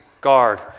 guard